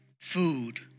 food